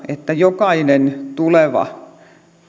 että jokainen tuleva